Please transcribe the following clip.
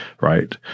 right